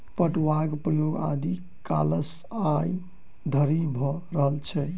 पटुआक प्रयोग आदि कालसँ आइ धरि भ रहल छै